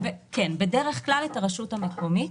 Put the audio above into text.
כן, בדרך כלל את הרשות המקומית.